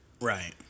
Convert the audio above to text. Right